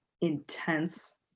intense